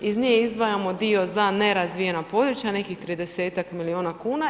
Iz nje izdvajamo dio za nerazvijena područja nekih 30-tak milijuna kuna.